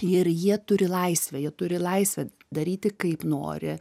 ir jie turi laisvę jie turi laisvę daryti kaip nori